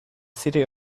city